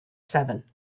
seven